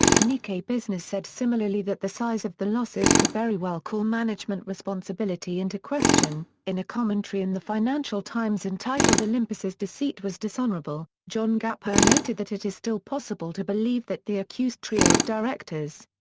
nikkei business said similarly that the size of the losses could very well call management responsibility into question in a commentary in the financial times entitled olympus's deceit was dishonourable, john gapper noted that it is still possible to believe that the accused trio of directors.